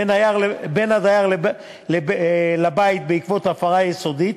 בין הדייר לבית בעקבות הפרה יסודית,